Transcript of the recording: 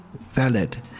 valid